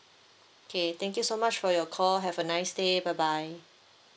K thank you so much for your call have a nice day bye bye